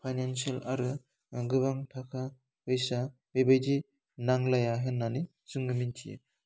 financial आरो गोबां थाखा फैसा बेबायदि नांलाया होन्नानै जोङो मिनथियो